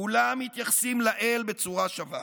כולם מתייחסים לאל בצורה שווה.